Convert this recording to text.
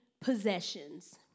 possessions